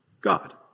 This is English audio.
God